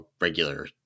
regular